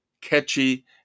catchy